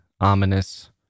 ominous